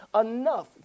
enough